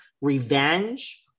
revenge